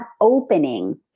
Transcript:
opening